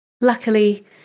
Luckily